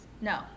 no